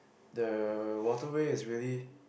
the waterway is really